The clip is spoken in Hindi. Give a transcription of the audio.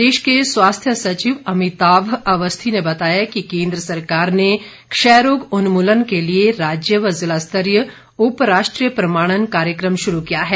प्रदेश के स्वास्थ्य सचिव अमिताभ अवस्थी ने बताया कि केंद्र सरकार ने क्षय रोग उन्मूलन के लिए राज्य व जिला स्तरीय उप राष्ट्रीय प्रमाणन कार्यक्रम शुरू किया है